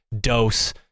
dose